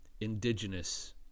indigenous